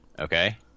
Okay